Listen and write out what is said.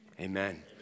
amen